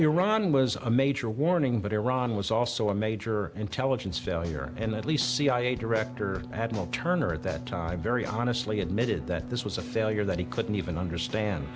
iran was a major warning but iran was also a major intelligence failure and at least cia director had no turner at that time very honestly admitted that this was a failure that he couldn't even understand